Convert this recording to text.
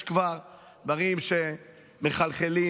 יש כבר דברים שמחלחלים